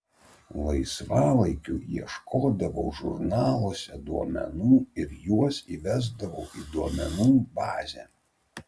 laisvalaikiu ieškodavau žurnaluose duomenų ir juos įvesdavau į duomenų bazę